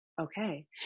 okay